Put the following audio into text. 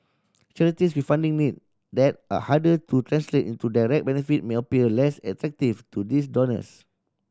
charities with funding need that are harder to translate into direct benefit may appear less attractive to these donors